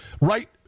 Right